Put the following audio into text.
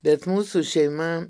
bet mūsų šeima